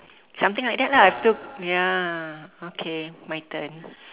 something like that lah I took ya okay my turn